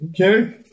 Okay